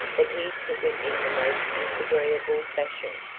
but he took it in the most disagreeable fashion.